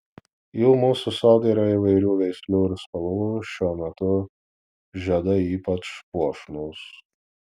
jų mūsų sode yra įvairių veislių ir spalvų šiuo metu žiedai ypač puošnūs